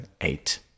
eight